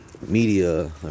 media